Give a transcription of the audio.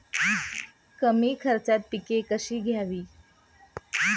कमी खर्चात पिके कशी घ्यावी?